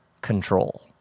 control